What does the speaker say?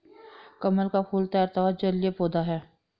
कमल का फूल तैरता हुआ जलीय पौधा है